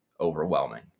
overwhelming